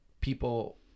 people